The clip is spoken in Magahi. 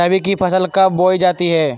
रबी की फसल कब बोई जाती है?